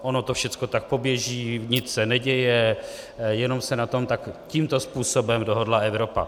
Ono to všechno tak poběží, nic se neděje, jenom se na tom tak tímto způsobem dohodla Evropa.